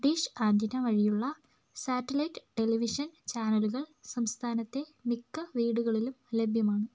dish antenna വഴിയുള്ള satellite television ചാനലുകൾ സംസ്ഥാനത്തെ മിക്ക വീടുകളിലും ലഭ്യമാണ്